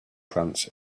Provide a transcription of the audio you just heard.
glance